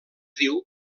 diu